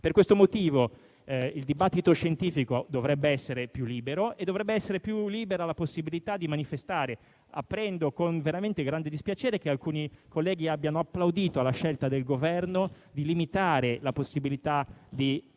Per questo motivo, il dibattito scientifico dovrebbe essere più libero, come più libera dovrebbe essere la possibilità di manifestare. Apprendo veramente con grande dispiacere che alcuni colleghi abbiano applaudito la scelta del Governo di limitare la possibilità di dissentire